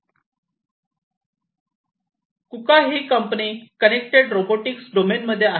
ही company connected robotics डोमेनमध्ये आहे